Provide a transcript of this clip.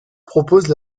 proposent